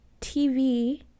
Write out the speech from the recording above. TV